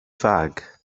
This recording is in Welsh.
fag